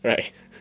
right